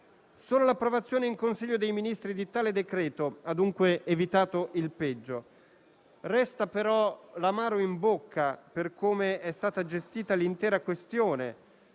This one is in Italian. Solo l'approvazione in Consiglio dei ministri di tale decreto-legge ha dunque evitato il peggio. Resta però l'amaro in bocca per come è stata gestita l'intera questione,